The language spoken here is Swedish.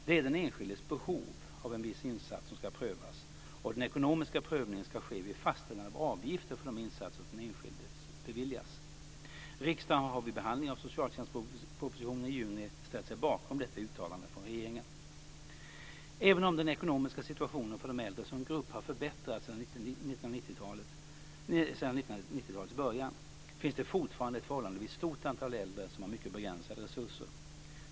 Det är den enskildes behov av en viss insats som ska prövas och den ekonomiska prövningen ska ske vid fastställande av avgifter för de insatser som den enskilde beviljats. Riksdagen har vid behandlingen av socialtjänstpropositionen i juni ställt sig bakom detta uttalande från regeringen. Även om den ekonomiska situationen för de äldre som grupp har förbättrats sedan 1990-talets början finns det fortfarande ett förhållandevis stort antal äldre som har mycket begränsade resurser.